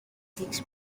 takes